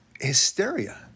hysteria